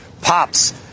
pops